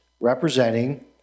representing